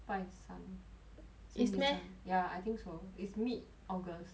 拜三星期三 is meh ya I think so is mid august